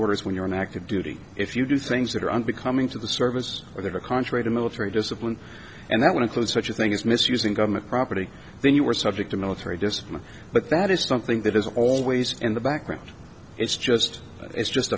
orders when you're on active duty if you do things that are unbecoming to the service or that are contrary to military discipline and that would include such a thing as misusing government property then you were subject to military discipline but that is something that is always in the background it's just it's just